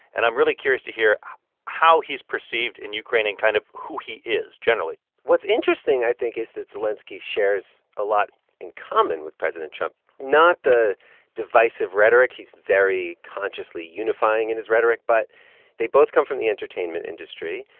and i'm really curious to hear how he's perceived in ukraine and kind of who he is generally what's interesting, i think, is that zelenskiy shares a lot in common with president trump. not the divisive rhetoric he's very consciously unifying in his rhetoric. but they both come from the entertainment industry.